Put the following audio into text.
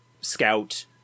Scout